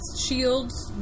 shields